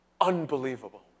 unbelievable